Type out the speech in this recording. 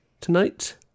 tonight